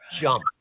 Jump